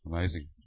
Amazing